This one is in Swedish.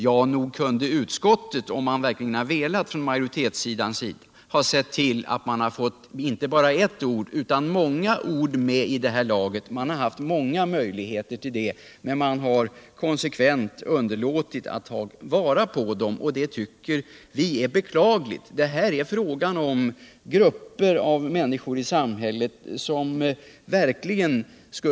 Ja, nog kunde utskottet om dess majoritet verkligen hade velat ha fått inte bara ett utan många ord med 1 det här laget. Utskottet har haft många möjligheter härtill men har konsekvent underlåtit att ta vara på tillfällena. Det tycker vi är beklagligt. Det gäller grupper av människor i samhället, vilka verkligen skulle behöva nås av ett utbud på litteraturområdet, ett utbud som är kvalitativt av acceptabel karaktär men som också är överkomligt i pris för de många. Därigenom skulle man kunna nå fram till nva läsargrupper. Det är beklagligt att den borgerliga majoriteten inte vill vara med om detta. EVA HJELMSTRÖM kort genmiälc: Herr talman! Gunnar Richardson hävdade att jag hade sagt att jag var positiv till regeringens proposition.